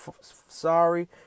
sorry